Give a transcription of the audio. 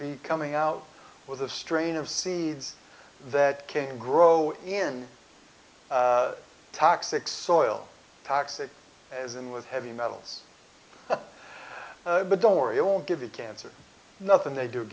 be coming out with a strain of seeds that can grow in toxic soil toxic as in with heavy metals oh but don't worry it will give you cancer nothing they do